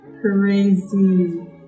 Crazy